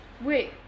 Wait